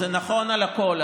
זה נכון על הכול,